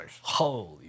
Holy